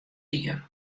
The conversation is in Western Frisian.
ien